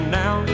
now